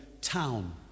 town